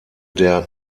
der